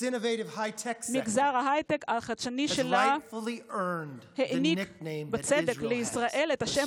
בזכות מגזר ההייטק החדשני שלה היא הרוויחה ביושר את השם